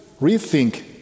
rethink